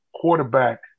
quarterback